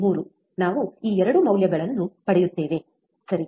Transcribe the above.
3 ನಾವು 2 ಮೌಲ್ಯಗಳನ್ನು ಪಡೆಯುತ್ತೇವೆ ಸರಿ